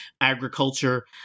agriculture